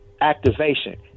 activation